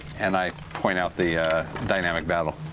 and i point out the dynamic battle.